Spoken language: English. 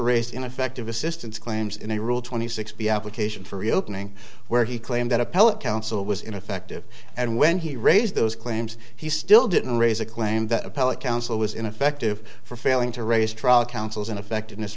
raised in effective assistance claims in a rule twenty six b application for reopening where he claimed that appellate counsel was ineffective and when he raised those claims he still didn't raise a claim that appellate counsel was ineffective for failing to raise trial counsel's ineffectiveness